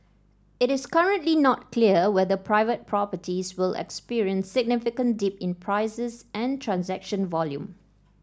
it is currently not clear whether private properties will experience significant dip in prices and transaction volume